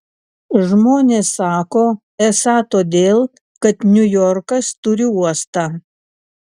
žmonės sako esą todėl kad niujorkas turi uostą